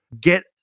Get